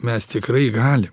mes tikrai galim